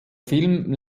film